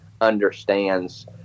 understands